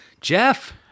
jeff